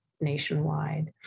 nationwide